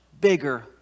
bigger